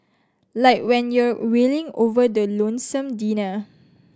like when you're wailing over the lonesome dinner